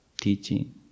teaching